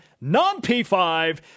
non-P5